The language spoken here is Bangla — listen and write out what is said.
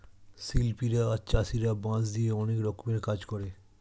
শিল্পীরা আর চাষীরা বাঁশ দিয়ে অনেক রকমের কাজ করে